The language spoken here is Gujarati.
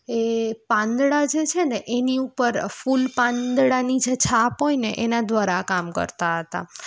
એ પાંદડા જે છે ને એની ઉપર ફૂલ પાંદડાની જે છાપ હોય ને એના દ્વારા આ કામ કરતા હતા